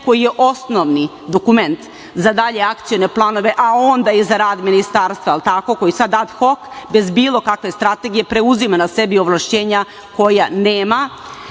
koji je osnovni dokument za dalje akcione planove, a onda i za rad ministarstva, jer tako, koji je sad ad hok, bez bilo kakve strategije preuzima na sebi ovlašćenja koja nema.